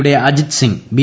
യുടെ അജിത് സിംഗ് ബി